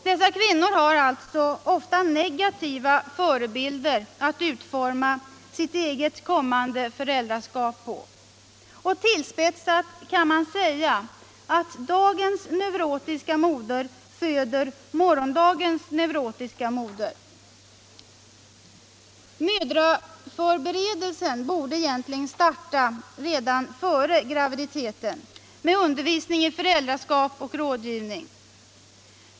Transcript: Dessa kvinnor har alltså ofta negativa förebilder att utforma sitt eget kommande föräldraskap efter. Tillspetsat kan man säga att dagens neurotiska moder föder morgondagens neurotiska moder. Mödraförberedelsen borde egentligen starta redan före graviditeten med undervisning i föräldraskap och rådgivning.